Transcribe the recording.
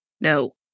no